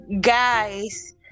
guys